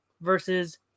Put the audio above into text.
versus